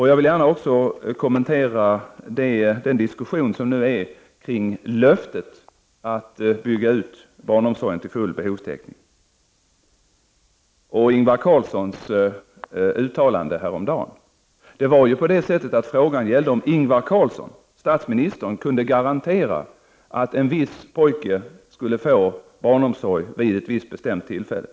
Jag vill också gärna kommentera den diskussion som nu förs beträffande löftet om att barnomsorgen skall byggas ut till full behovstäckning. Det gäller också Ingvar Carlssons uttalanden häromdagen. Frågan gällde om huruvida statsminister Ingvar Carlsson kunde garantera att en viss pojke skulle få barnomsorg vid ett visst tillfälle.